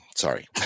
Sorry